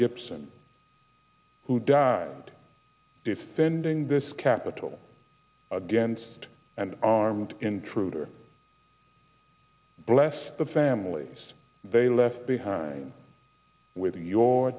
gibson who died defending this capital against an armed intruder bless the families they left behind with your